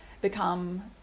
become